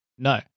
No